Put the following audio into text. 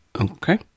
Okay